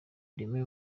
remy